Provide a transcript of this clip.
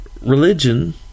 religion